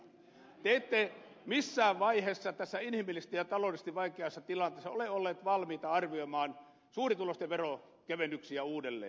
te ette missään vaiheessa tässä inhimillisesti ja taloudellisesti vaikeassa tilanteessa ole olleet valmiita arvioimaan suurituloisten veronkevennyksiä uudelleen